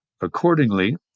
Accordingly